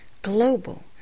Global